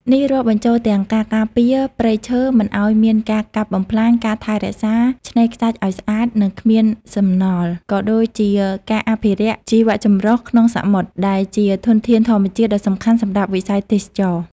នេះរាប់បញ្ចូលទាំងការការពារ ព្រៃឈើ មិនឲ្យមានការកាប់បំផ្លាញ ការថែរក្សា ឆ្នេរខ្សាច់ឲ្យស្អាត និងគ្មានសំណល់ ក៏ដូចជាការអភិរក្ស ជីវចម្រុះក្នុងសមុទ្រ ដែលជាធនធានធម្មជាតិដ៏សំខាន់សម្រាប់វិស័យទេសចរណ៍។